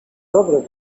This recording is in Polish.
dobry